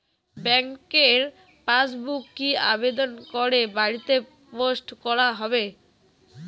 ব্যাংকের পাসবুক কি আবেদন করে বাড়িতে পোস্ট করা হবে?